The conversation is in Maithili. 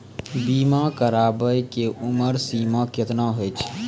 बीमा कराबै के उमर सीमा केतना होय छै?